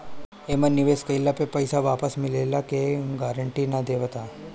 एमे निवेश कइला पे पईसा वापस मिलला के केहू गारंटी ना देवत हअ